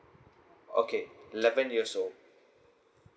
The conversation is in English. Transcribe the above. okay eleven years old